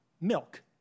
milk